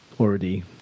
already